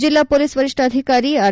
ಜಿಲ್ಲಾ ಪೊಲೀಸ್ ವರಿಷ್ಣಾಧಿಕಾರಿ ಆರ್